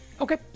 Okay